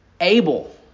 Abel